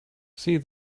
see